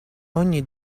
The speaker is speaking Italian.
ogni